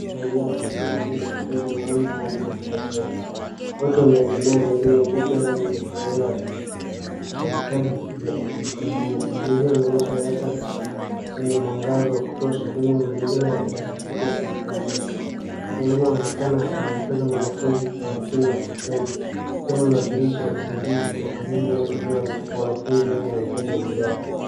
...kusaidia mwanafunzi mwenye mahitaji maalum kuandika darasani. Wote wameegemea mezani iliyojaa rangi za kuchorea na vitabu vya kujifunzia. Mazingira yanaonyesha darasa lenye mwangaza wa kutosha lenye mazingira ya rafiki ya kujifunzia. MWalimu anaonekana kumwelekeza mwanafunzi kwa umakini na kwa upendo ikiwemo inaidhirisha usaidizi wa karibu unaotolewa kwa wanafunzi wenye mahitaji ya ziada.